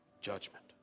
judgment